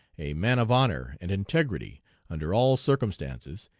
a man of honor and integrity under all circumstances,